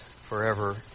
forever